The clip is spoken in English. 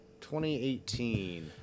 2018